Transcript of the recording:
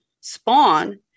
spawn